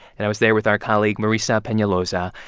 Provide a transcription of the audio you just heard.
and i was there with our colleague marisa penaloza,